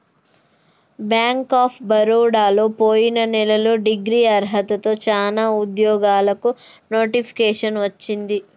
bank of బరోడలో పొయిన నెలలో డిగ్రీ అర్హతతో చానా ఉద్యోగాలకు నోటిఫికేషన్ వచ్చింది